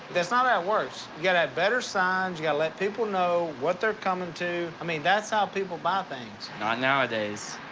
that's not how it works. you gotta have better signs. you gotta let people know what they're coming to. i mean, that's how people buy things. not nowadays.